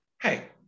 Hey